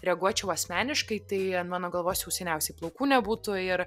reaguočiau asmeniškai tai ant mano galvos jau seniausiai plaukų nebūtų ir